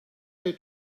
her